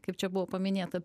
kaip čia buvo paminėta